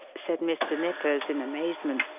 said mr. nippers, in amazement.